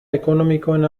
ekonomikoen